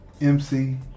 MC